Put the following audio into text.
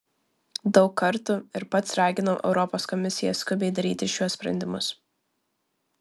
daug kartų ir pats raginau europos komisiją skubiai daryti šiuos sprendimus